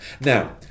Now